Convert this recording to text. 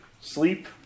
Sleep